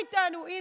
היית חבר איתנו.